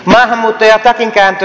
maahanmuutto ja takinkääntö